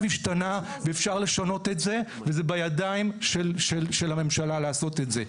השתנה ואפשר לשנות את זה וזה בידיים של הממשלה לעשות את זה,